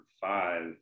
five